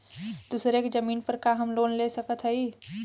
दूसरे के जमीन पर का हम लोन ले सकत हई?